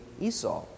Esau